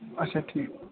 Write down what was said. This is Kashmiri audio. آچھا ٹھیٖک